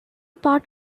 part